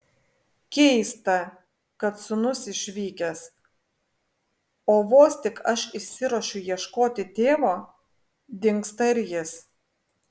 keista kad sūnus išvykęs o vos tik aš išsiruošiu ieškoti tėvo dingsta ir jis